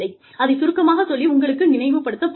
அதைச் சுருக்கமாகச் சொல்லி உங்களுக்கு நினைவு படுத்த போகிறேன்